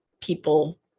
people